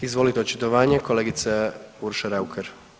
Izvolite očitovanje kolegica Urša Raukar.